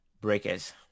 Breakers